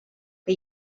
que